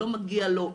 לא מגיע לו,